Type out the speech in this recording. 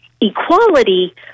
equality